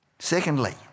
Secondly